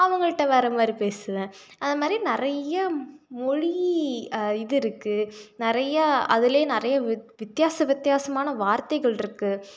அவங்கள்ட்ட வேறே மாதிரி பேசுவேன் அந்த மாதிரி நிறைய மொழி இது இருக்குது நிறையா அதில் நிறையா வித் வித்தியாச வித்தியாசமான வார்த்தைகள் இருக்குது